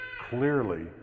clearly